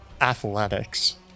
athletics